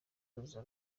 kuzuza